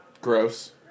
Gross